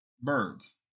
birds